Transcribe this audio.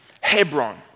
Hebron